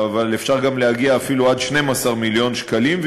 אבל אפשר גם להגיע אפילו עד 12,000,000 שקלים,